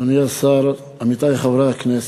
אדוני השר, עמיתי חברי הכנסת,